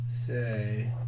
Say